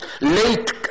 late